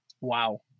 Wow